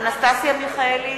אנסטסיה מיכאלי,